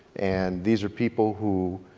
and these are people who,